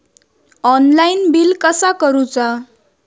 Online bill कसा करुचा?